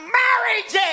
marriage